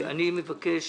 אני מבקש